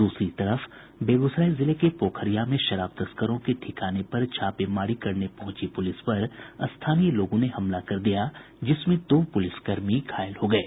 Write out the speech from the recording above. दूसरी तरफ बेगूसराय जिले के पोखरिया में शराब तस्करों के ठिकाने पर छापेमारी करने पहुंची पुलिस पर स्थानीय लोगों ने हमला कर दिया जिसमें दो पुलिस कर्मी घायल हो गये